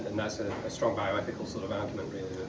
and that's a strong bioethical sort of argument really